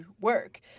work